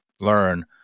learn